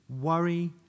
Worry